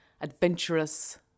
adventurous